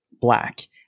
black